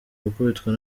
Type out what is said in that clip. gukubitwa